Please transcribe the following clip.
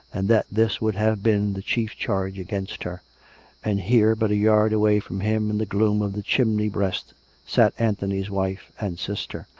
and that this would have been the chief charge against her and here, but a yard away from him, in the gloom of the chimney-breast sat anthony's wife and sister.